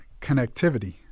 connectivity